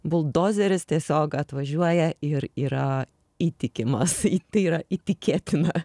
buldozeris tiesiog atvažiuoja ir yra įtikimas tai yra įtikėtina